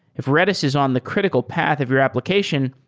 if redis is on the critical path of your application,